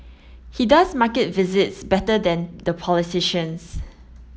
he does market visits better than the politicians